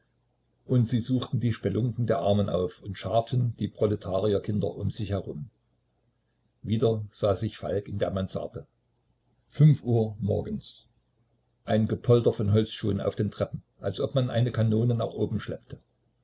und sie suchten die spelunken der armen auf und scharten die proletarierkinder um sich herum wieder sah sich falk in der mansarde fünf uhr morgens ein gepolter von holzschuhen auf den treppen als ob man eine kanone nach oben schleppte